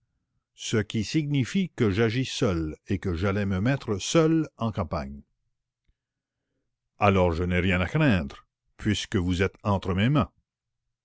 ce qui signifie que j'agis seul et que j'allais me mettre seul en campagne alors je n'ai rien à craindre puisque vous êtes entre mes mains